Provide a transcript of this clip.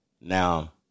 Now